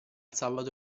sabato